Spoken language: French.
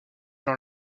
dans